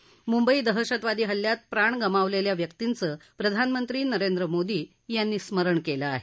म्ंबई दहशतवादी हल्ल्यात प्राण गमावलेल्या व्यक्तींचं प्रधानमंत्री नरेंद्र मोदी यांनी स्मरण केलं आहे